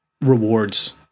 rewards